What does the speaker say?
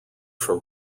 from